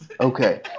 Okay